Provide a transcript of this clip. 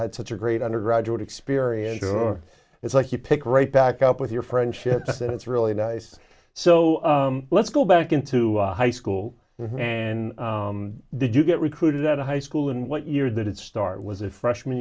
had such a great undergraduate experience it's like you pick right back up with your friendships and it's really nice so let's go back into high school and did you get recruited out of high school and what year did it start was a freshman